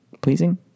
Pleasing